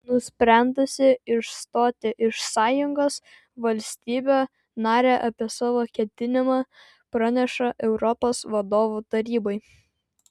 nusprendusi išstoti iš sąjungos valstybė narė apie savo ketinimą praneša europos vadovų tarybai